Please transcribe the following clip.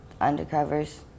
undercovers